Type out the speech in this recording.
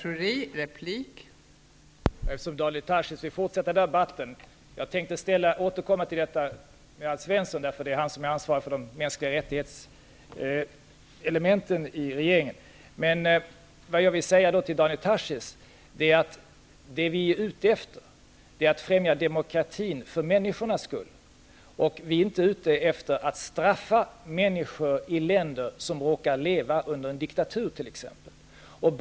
Fru talman! Daniel Tarschys vill tydligen fortsätta debatten. Jag tänkte återkomma till dessa frågor i debatten med Alf Svensson, eftersom det är han som i regeringen är ansvarig för frågorna om mänskliga rättigheter. Det vi är ute efter, Daniel Tarschys, är att främja demokratin för människornas skull. Vi är inte ute efter att straffa människor i andra länder som råkar leva t.ex. under en diktatur.